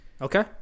okay